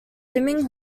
swimming